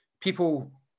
people